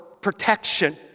protection